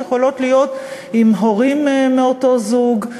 שיכולות להיות עם הורים מאותו סוג,